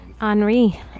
Henri